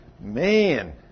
man